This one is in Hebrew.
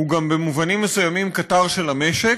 הוא גם במובנים מסוימים קטר של המשק,